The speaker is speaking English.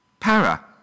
para